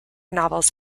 novels